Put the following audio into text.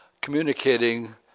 communicating